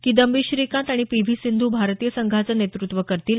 किदंबी श्रीकांत आणि P V Sindhu भारतीय संघाचं नेतृत्व करतील